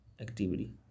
activity